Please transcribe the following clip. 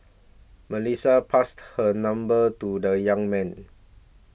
Melissa passed her number to the young man